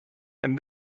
and